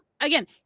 again